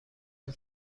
این